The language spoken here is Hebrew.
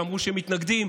שאמרו שהם מתנגדים,